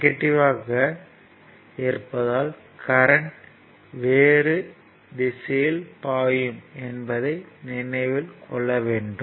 நெகட்டிவ்வாக இருப்பதால் கரண்ட் வேறு திசையில் பாயும் என்பதை நினைவில் கொள்ள வேண்டும்